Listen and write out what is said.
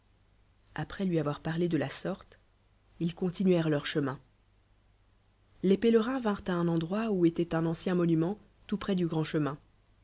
après lui avoir parlé de la sorte ils continuèrent leur chemin les pélerins vinrent à un endroit où étoit un ancien mljdument tout près du rand chemin